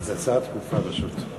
שלוש זו הצעה דחופה, פשוט.